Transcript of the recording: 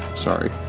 sorry.